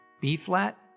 B-flat